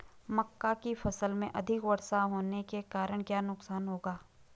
मक्का की फसल में अधिक वर्षा होने के कारण क्या नुकसान होगा?